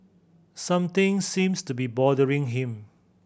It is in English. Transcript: something seems to be bothering him